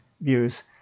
views